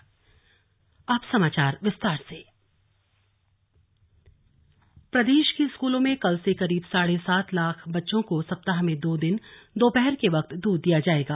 मुख्यमंत्री अमृत आंचल योजना प्रदेश के स्कूलों में कल से करीब साढ़े सात लाख बच्चों को सप्ताह में दो दिन दोपहर के वक्त दूध दिया जाएगा